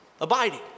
Abiding